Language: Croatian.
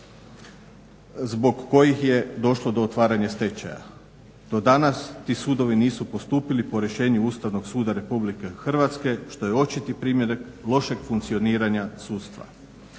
zbog kojih je došlo do otvaranja stečaja. Do danas ti sudovi nisu postupili po rješenju Ustavnog suda RH što je očiti primjer lošeg funkcioniranja sudstva.